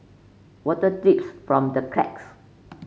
water dips from the cracks